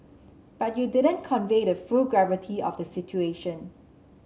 but you didn't convey the full gravity of the situation